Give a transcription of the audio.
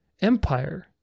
empire